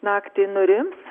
naktį nurims